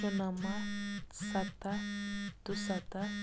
شُنَمَتھ سَتَتھ دُسَتَتھ